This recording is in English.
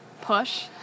push